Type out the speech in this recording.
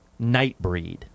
Nightbreed